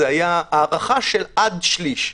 זה היה הארכה של עד שליש.